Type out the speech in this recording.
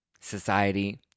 society